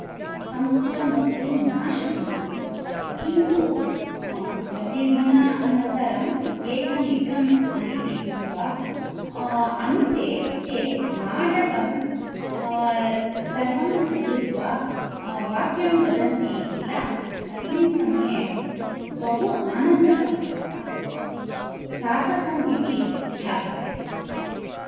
संस्कृतं वक्तुं न शक्नवन्ति किन्तु प्रतिदिनामान्तरम् एकम् एकम् इति कृत्वा अन्ते ते नाटकं सर्वं कृत्वा वाक्यं वदन्ति खिल तस्मिन् समये बहु आनन्दः भवति सार्थकम् इति भासते